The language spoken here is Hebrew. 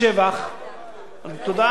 הוא מרוויח פעמיים.